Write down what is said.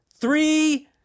three